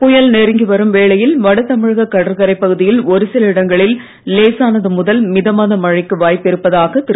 புயல் நெருங்கி வரும் வேளையில் வட தமிழக கடற்கரைப் பகுதியில் ஒருசில இடங்களில் லேசானது முதல் மிதமான மழைக்கு வாய்ப்பு இருப்பதாக திரு